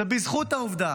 זה בזכות העובדה